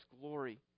glory